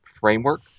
framework